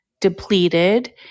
depleted